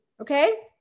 okay